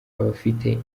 abafite